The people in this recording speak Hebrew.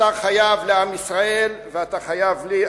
אתה חייב לעם ישראל ואתה חייב לי,